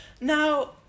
Now